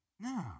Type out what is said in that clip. No